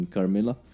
Carmilla